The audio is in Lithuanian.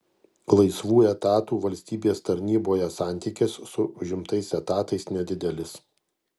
laisvų etatų valstybės tarnyboje santykis su užimtais etatais nedidelis